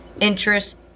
interest